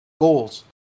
Goals